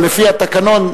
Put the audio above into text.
אבל לפי התקנון,